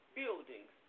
buildings